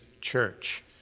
church